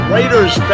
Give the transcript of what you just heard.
Raiders